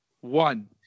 one